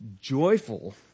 joyful